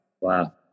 Wow